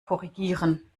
korrigieren